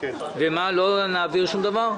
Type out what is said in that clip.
לא נעביר שום דבר?